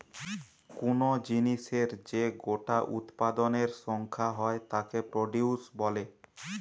কুনো জিনিসের যে গোটা উৎপাদনের সংখ্যা হয় তাকে প্রডিউস বলে